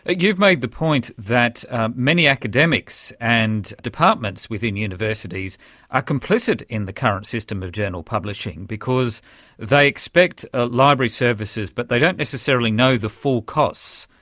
ah you've made the point that many academics and departments within universities are complicit in the current system of journal publishing because they expect ah library services but they don't necessarily know the full costs.